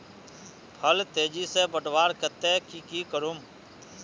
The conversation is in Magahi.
फल तेजी से बढ़वार केते की की करूम?